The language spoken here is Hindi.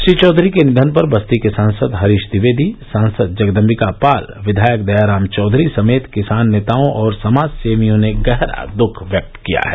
श्री चौधरी के निधन पर बस्ती के सांसद हरीश ट्विवेदी सांसद जगदम्बिकापाल विधायक दयाराम चौधरी समेत किसान नेताओं और समाजसेवियों ने गहरा दुख व्यक्त किया है